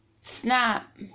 snap